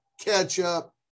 ketchup